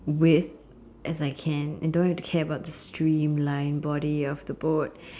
width as I can and don't have to care the streamline body of the boat